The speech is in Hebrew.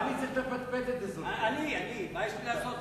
ההצעה לכלול את הנושא